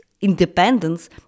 independence